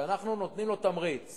שאנחנו נותנים לו תמריץ